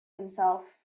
himself